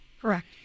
Correct